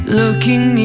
looking